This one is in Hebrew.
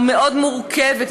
המאוד-מורכבת,